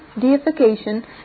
deification